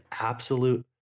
absolute